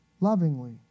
lovingly